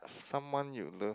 someone you love